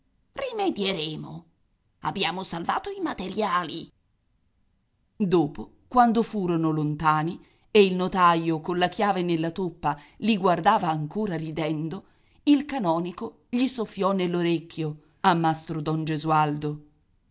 brutto rimedieremo abbiamo salvato i materiali dopo quando furono lontani e il notaio con la chiave nella toppa li guardava ancora ridendo il canonico gli soffiò nell'orecchio a mastro don gesualdo